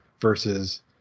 versus